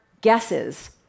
guesses